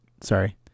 Sorry